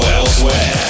elsewhere